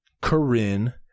Corinne